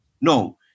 No